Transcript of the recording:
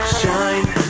shine